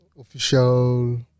official